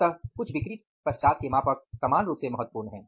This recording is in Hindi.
अतः कुछ बिक्री पश्चात के मापक समान रूप से महत्वपूर्ण हैं